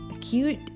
cute